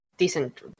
decent